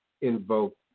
invoke